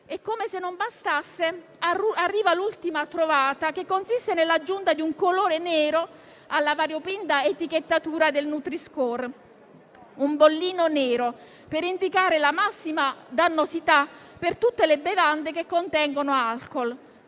E, come se non bastasse, arriva l'ultima trovata, che consiste nell'aggiunta di un colore nero alla variopinta etichettatura del nutri-score. Un bollino nero per indicare la massima dannosità per tutte le bevande che contengono alcol,